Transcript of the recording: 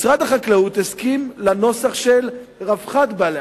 משרד החקלאות הסכים לנוסח "רווחת בעלי-החיים".